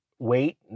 wait